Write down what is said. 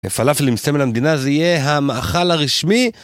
פלאפל עם סמל המדינה זה יהיה המאכל הרשמי...